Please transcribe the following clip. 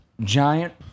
giant